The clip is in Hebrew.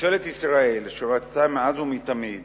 ממשלת ישראל, שרצתה מאז ומתמיד